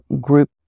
group